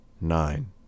nine